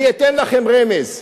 אני אתן לכם רמז.